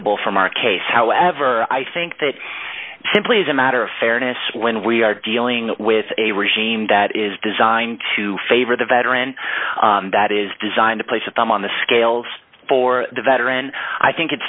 distinguishable from our case however i think that simply as a matter of fairness when we are dealing with a regime that is designed to favor the veteran that is designed to place a thumb on the scales for the veteran i think it's